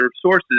sources